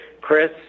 Chris